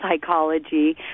psychology